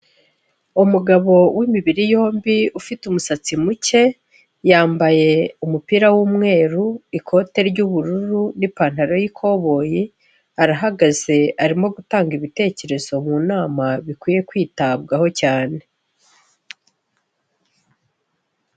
Umugabo w'imibiri yombi ufite umusatsi muke, yambaye umupira w'umweru, ikote ry'ubururu n'ipantaro y'ikoboyi, arahagaze arimo gutanga ibitekerezo mu nama bikwiye kwitabwaho cyane.